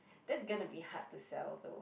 that's gonna be hard to sell though